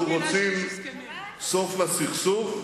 אנחנו רוצים סוף לסכסוך,